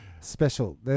Special